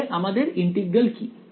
তাহলে আমাদের ইন্টিগ্রাল কি